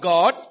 God